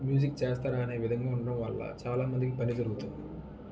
music చేస్తారా అనే విధంగా ఉండటం వల్ల చాలా మందికి పని దొరుకుతుంది